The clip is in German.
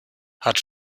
hat